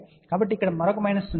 కాబట్టి ఇక్కడ మరొక మైనస్ ఉంటుంది